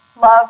Love